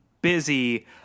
Busy